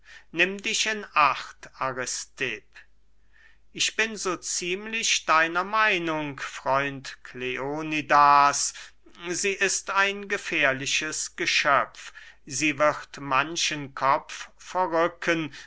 nimm dich in acht aristipp ich bin so ziemlich deiner meinung freund kleonidas sie ist ein gefährliches geschöpf sie wird manchen kopf verrücken